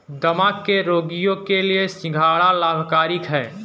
दमा के रोगियों के लिए सिंघाड़ा लाभकारी है